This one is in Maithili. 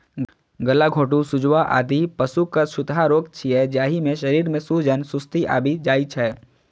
गलाघोटूं, सुजवा, आदि पशुक छूतहा रोग छियै, जाहि मे शरीर मे सूजन, सुस्ती आबि जाइ छै